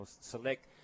Select